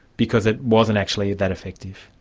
because it wasn't actually that effective.